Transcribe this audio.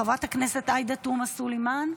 חברת הכנסת עאידה תומא סלימאן,